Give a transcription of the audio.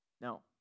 No